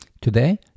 Today